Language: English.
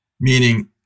meaning